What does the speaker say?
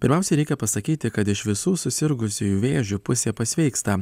pirmiausia reikia pasakyti kad iš visų susirgusiųjų vėžiu pusė pasveiksta